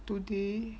today